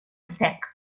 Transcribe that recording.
sec